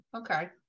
Okay